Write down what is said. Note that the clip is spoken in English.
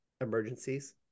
emergencies